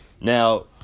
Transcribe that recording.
Now